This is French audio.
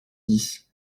dix